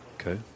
Okay